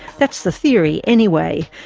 that's the theory anyway,